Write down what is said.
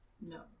No